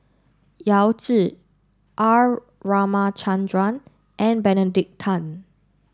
Yao Zi R Ramachandran and Benedict Tan